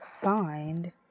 find